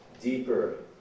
deeper